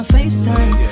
FaceTime